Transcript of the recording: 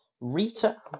Rita